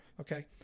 okay